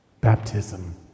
Baptism